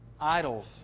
Idols